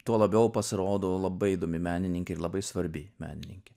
tuo labiau pasirodo labai įdomi menininkė ir labai svarbi menininkė